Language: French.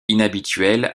inhabituel